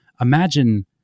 imagine